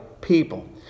people